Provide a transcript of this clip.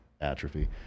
atrophy